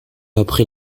après